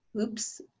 Oops